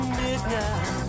midnight